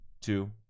two